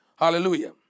Hallelujah